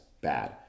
bad